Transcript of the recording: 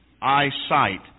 eyesight